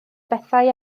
bethau